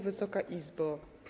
Wysoka Izbo!